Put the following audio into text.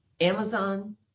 Amazon